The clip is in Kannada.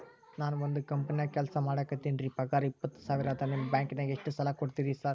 ನಾನ ಒಂದ್ ಕಂಪನ್ಯಾಗ ಕೆಲ್ಸ ಮಾಡಾಕತೇನಿರಿ ಪಗಾರ ಇಪ್ಪತ್ತ ಸಾವಿರ ಅದಾ ನಿಮ್ಮ ಬ್ಯಾಂಕಿನಾಗ ಎಷ್ಟ ಸಾಲ ಕೊಡ್ತೇರಿ ಸಾರ್?